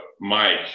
mike